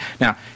Now